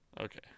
Okay